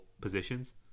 positions